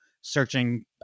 searching